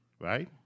right